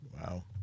wow